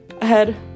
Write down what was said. ahead